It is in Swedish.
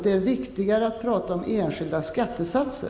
Det är viktigare att prata om enskilda skattesatser.